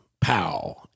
pow